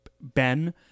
Ben